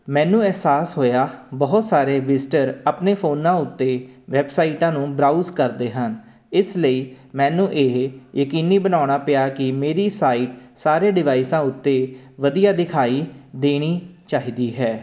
ਮੈਨੂੰ ਅਹਿਸਾਸ ਹੋਇਆ ਬਹੁਤ ਸਾਰੇ ਵਿਸਟਰ ਆਪਣੇ ਫੋਨਾਂ ਉੱਤੇ ਵੈਬਸਾਈਟਾਂ ਨੂੰ ਬਰਾਊਜ ਕਰਦੇ ਹਨ ਇਸ ਲਈ ਮੈਨੂੰ ਇਹ ਯਕੀਨੀ ਬਣਾਉਣਾ ਪਿਆ ਕਿ ਮੇਰੀ ਸਾਈਟ ਸਾਰੇ ਡਿਵਾਈਸਾਂ ਉੱਤੇ ਵਧੀਆ ਦਿਖਾਈ ਦੇਣੀ ਚਾਹੀਦੀ ਹੈ